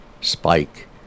spike